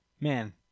Man